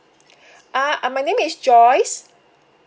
uh my name is joyce